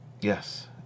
Yes